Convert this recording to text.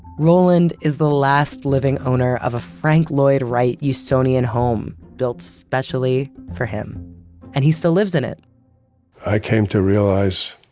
roland is the last living owner of a frank lloyd wright usonian home built specially for him and he still lives in it i came to realize,